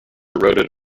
eroded